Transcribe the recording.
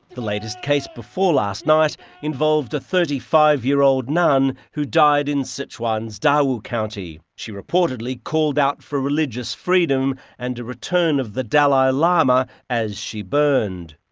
the latest case before last night involved a thirty five year old nun who died in sichuan's dawu county. she reportedly called out for religious freedom and a return of the dalai lama as she burnt.